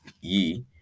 ye